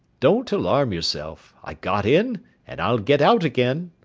don't alarm yourself. i got in and i'll get out again.